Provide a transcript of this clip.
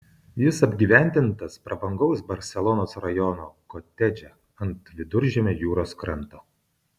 jis apgyvendintas prabangaus barselonos rajono kotedže ant viduržiemio jūros kranto